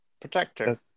protector